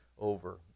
over